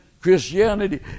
Christianity